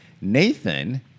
Nathan